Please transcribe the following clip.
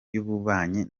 y’ububanyi